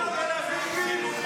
פריבילגים תל אביבים,